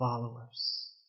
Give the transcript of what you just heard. followers